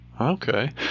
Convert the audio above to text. Okay